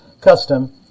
custom